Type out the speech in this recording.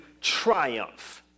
triumph